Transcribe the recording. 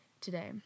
today